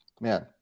man